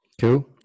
cool